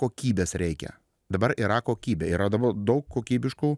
kokybės reikia dabar yra kokybė yra dabar daug kokybiškų